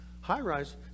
high-rise